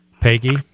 Peggy